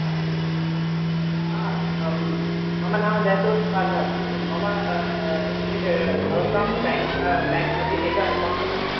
मम नाम जयतोष् माधा अस्ति मम स्टेट् भवतां बेङ्क् प बेङ्क् मध्ये एकं अकौण्ट् अस्ति